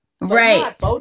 right